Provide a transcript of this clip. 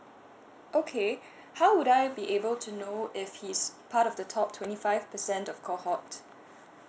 okay how would I be able to know if he is part of the top twenty five percent of cohort